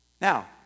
Now